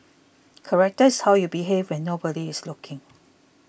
character is how you behave when nobody is looking